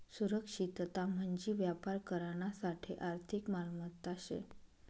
सुरक्षितता म्हंजी व्यापार करानासाठे आर्थिक मालमत्ता शे